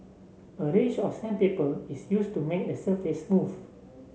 a range of sandpaper is use to make the surface smooth